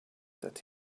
that